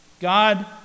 God